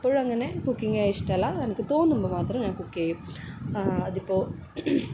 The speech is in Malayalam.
എപ്പഴും അങ്ങനെ കൂക്ക് ചെയ്യാൻ ഇഷ്ടമല്ല എനക്ക് തോന്നുമ്പം മാത്രം ഞാൻ കുക്കെയും അതിപ്പോൾ